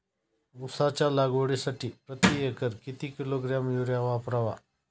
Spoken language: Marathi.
उसाच्या लागवडीसाठी प्रति एकर किती किलोग्रॅम युरिया वापरावा?